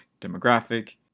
demographic